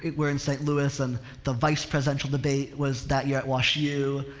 we're in st. louis and the vice-presidential debate was that year at wash u.